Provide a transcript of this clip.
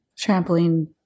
Trampoline